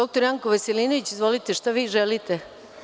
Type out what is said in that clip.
Dr Janko Veselinović, izvolite, šta vi želite?